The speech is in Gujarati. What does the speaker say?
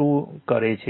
2 કરે છે